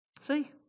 See